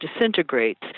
disintegrates